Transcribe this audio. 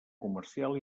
comercial